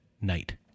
night